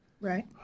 Right